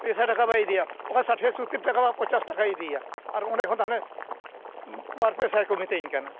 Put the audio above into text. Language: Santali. ᱯᱮᱥᱟᱭ ᱴᱟᱠᱟ ᱵᱟᱭ ᱤᱫᱤᱭᱟ ᱚᱠᱟ ᱥᱟᱴᱷ ᱴᱟᱠᱟ ᱵᱟ ᱯᱚᱪᱟᱥ ᱴᱟᱠᱟᱭ ᱤᱫᱤᱭᱮᱜᱼᱟ ᱟᱨ ᱚᱸᱰᱮ ᱠᱷᱚᱱ ᱫᱚ ᱦᱟᱱᱮ ᱵᱟᱨ ᱯᱮᱥᱟᱭ ᱠᱚ ᱢᱤᱛᱟᱹᱧ ᱠᱟᱱᱟ